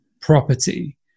property